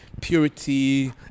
purity